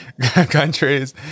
countries